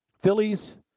Phillies